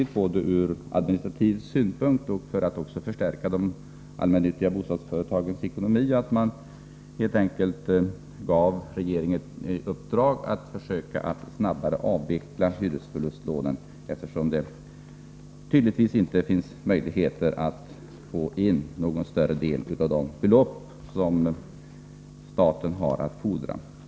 Det är viktigt — ur administrativ synpunkt, men också för att förstärka de allmännyttiga bostadsföretagens ekonomi — att regeringen ges ett uppdrag att snabbare försöka avveckla hyresförlustlånen, eftersom det tydligtvis inte finns möjligheter att få in någon större del av de belopp som staten har att fordra.